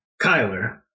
Kyler